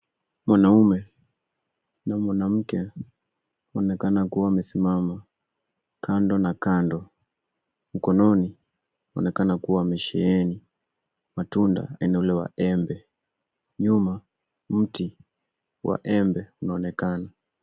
Mwanaume na mwanamke wanaonekana kuwa wamesimama kando na kando. Mkononi wanaonekana kuwa wamesheheni matunda aina ya ule wa embe. Nyuma, mti wa embe unaonekana.